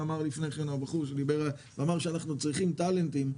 הבחור שדיבר קודם אמר שאנחנו צריכים טאלנטים,